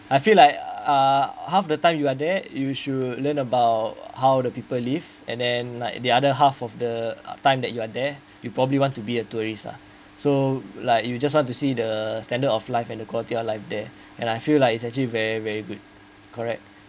I feel like uh half the time you are there you should learn about how the people live and then like the other half of the time that you are there you probably want to be a tourist uh so like you just want to see the standard of life and the quality of life there and I feel like it's actually very very good correct